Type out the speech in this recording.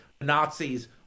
Nazis